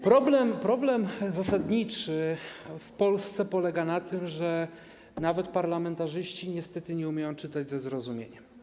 Problem zasadniczy w Polsce polega na tym, że nawet parlamentarzyści niestety nie umieją czytać ze zrozumieniem.